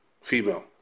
female